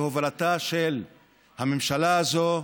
בהובלתה של הממשלה הזאת,